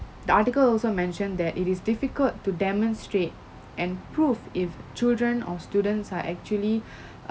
the article also mentioned that it is difficult to demonstrate and proof if children or students are actually a~